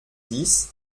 dix